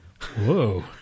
Whoa